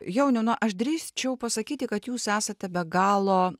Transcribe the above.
jauniau nu aš drįsčiau pasakyti kad jūs esate be galo